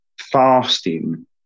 fasting